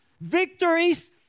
Victories